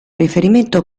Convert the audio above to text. riferimento